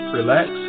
relax